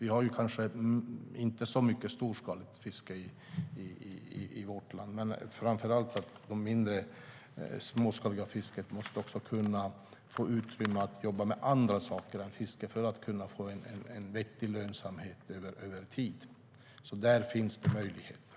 Vi har kanske inte så mycket storskaligt fiske i vårt land, men framför allt måste det småskaliga fisket få utrymme att jobba med andra saker än fiske för att kunna få en vettig lönsamhet över tid. Där finns det möjligheter.